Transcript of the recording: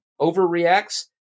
overreacts